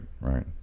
Right